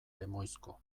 lemoizko